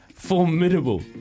Formidable